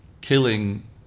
killing